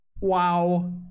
Wow